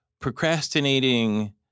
procrastinating